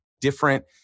different